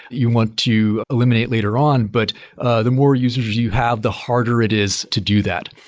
you want to eliminate later on, but the more users you have, the harder it is to do that.